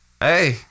Hey